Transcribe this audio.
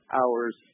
hours